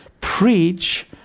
Preach